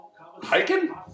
Hiking